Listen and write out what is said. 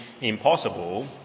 impossible